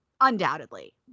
undoubtedly